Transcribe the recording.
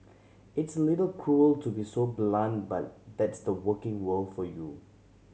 it's a little cruel to be so blunt but that's the working world for you